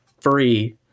Free